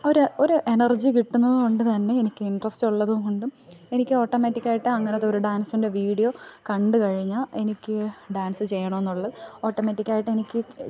ഒര് ഒര് എനർജി കിട്ടുന്നതുകൊണ്ട് തന്നെ എനിക്ക് ഇൻട്രസ്റ്റുള്ളതുകൊണ്ടും എനിക്ക് ഓട്ടമേറ്റിക്കായിട്ട് അങ്ങനത്തൊരു ഡാൻസിൻ്റെ വീഡിയോ കണ്ട് കഴിഞ്ഞാൽ എനിക്ക് ഡാൻസ് ചെയ്യണമെന്നുള്ള ഓട്ടോമെറ്റിക്കായിട്ടെനിക്ക്